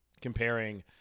comparing